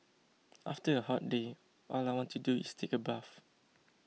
after a hot day all I want to do is take a bath